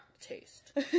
taste